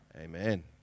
Amen